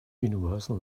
universal